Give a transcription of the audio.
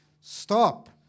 stop